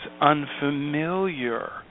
unfamiliar